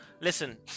Listen